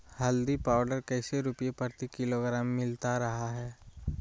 हल्दी पाउडर कैसे रुपए प्रति किलोग्राम मिलता रहा है?